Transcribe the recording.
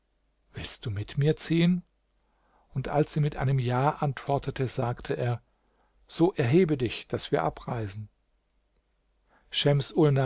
willst du mit mir ziehen und als sie mit einem ja antwortete sagte er so erhebe dich daß wir abreisen